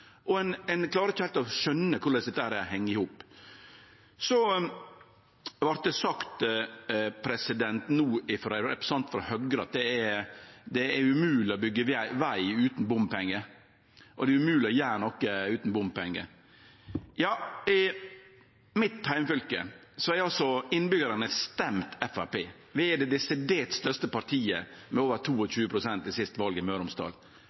og ein klarer ikkje heilt å skjøne korleis det heng i hop. Det vart sagt av representanten frå Høgre at det er umogeleg å byggje veg utan bompengar, og det er umogeleg å gjere noko utan bompengar. I mitt heimfylke har altså innbyggjarane stemt Framstegspartiet. Vi er det desidert største partiet, med over 22 pst. ved siste val i